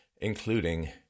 including